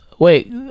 Wait